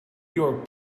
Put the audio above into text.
york